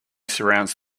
surrounds